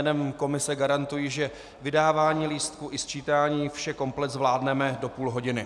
Jménem komise garantuji, že vydávání lístků i sčítání, vše komplet zvládneme do půl hodiny.